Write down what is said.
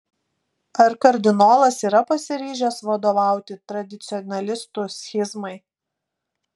ar kardinolas yra pasiryžęs vadovauti tradicionalistų schizmai